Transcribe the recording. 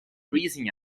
freezing